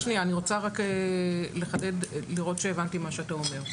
אני רוצה לראות שהבנתי מה שאתה אומר.